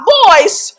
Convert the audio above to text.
voice